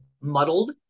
muddled